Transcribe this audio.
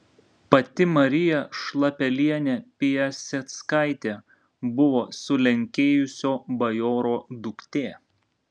pati marija šlapelienė piaseckaitė buvo sulenkėjusio bajoro duktė